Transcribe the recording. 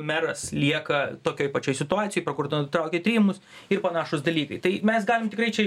meras lieka tokioj pačioje situacijoj prokuratūra nutraukia tyrimus ir panašūs dalykai tai mes galim tikrai čia